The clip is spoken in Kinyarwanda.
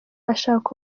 ashaka